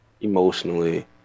emotionally